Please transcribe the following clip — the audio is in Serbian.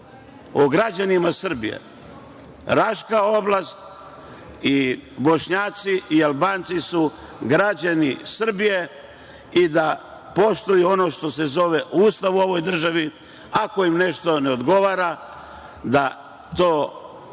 o građanima Srbije. Raška oblast, Bošnjaci i Albanci su građani Srbije i da poštuju ono što se zove Ustav u ovoj državi, ako im nešto ne odgovara, da to iskažu,